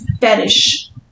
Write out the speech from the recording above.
fetish